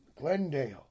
Glendale